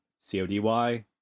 C-O-D-Y